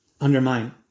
undermine